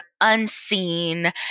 unseen